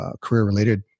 career-related